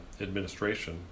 administration